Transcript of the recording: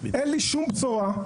אין לי שום בשורה,